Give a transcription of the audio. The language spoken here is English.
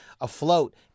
afloat